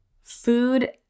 food